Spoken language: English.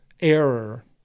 error